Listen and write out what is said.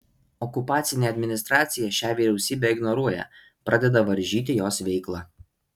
okupacinė administracija šią vyriausybę ignoruoja pradeda varžyti jos veiklą